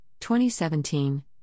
2017